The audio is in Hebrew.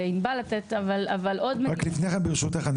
רק ברשותך,